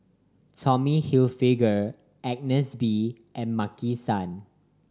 Tommy Hilfiger Agnes B and Maki San